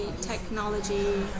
technology